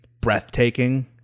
breathtaking